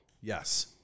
Yes